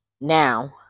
Now